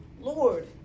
Lord